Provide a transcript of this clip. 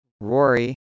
Rory